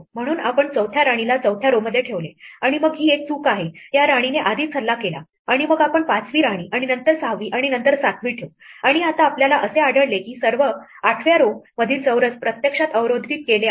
म्हणून आपण चौथ्या राणीला चौथ्या row मध्ये ठेवले आणि मग ही एक चूक आहे या राणीने आधीच हल्ला केला आणि मग आपण 5 वी राणी आणि नंतर 6 वी आणि नंतर 7 वी ठेवू आणि आता आपल्याला असे आढळले की सर्व 8 व्या row मधील चौरस प्रत्यक्षात अवरोधित केले आहेत